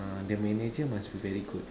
uh the manager must be very good